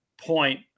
point